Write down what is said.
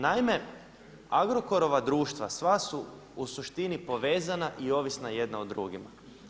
Naime Agrokorova društva sva su u suštini povezana i ovisna jedna o drugima.